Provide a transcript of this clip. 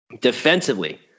Defensively